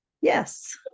Yes